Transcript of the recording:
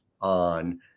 on